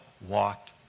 walked